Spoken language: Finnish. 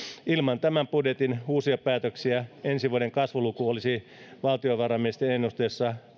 ilman tämän budjetin uusia päätöksiä ensi vuoden kasvuluku olisi valtiovarainministeriön ennusteessa